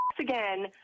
again